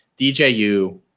dju